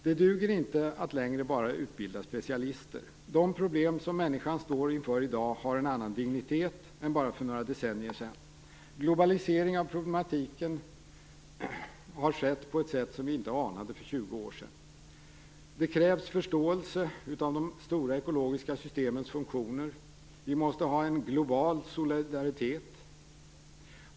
Det duger inte längre att bara utbilda specialister. De problem som människan står inför i dag har en annan dignitet än för bara några decennier sedan. En globalisering av problematiken har skett på ett sätt som vi inte anade för 20 år sedan. Det krävs förståelse för hur de stora ekologiska systemen fungerar och vi måste ha en global solidaritet.